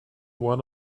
one